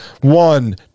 one